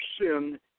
Sin